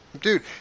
Dude